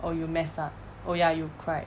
or you mess up oh ya you cried